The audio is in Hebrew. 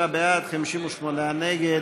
57 בעד, 58 נגד.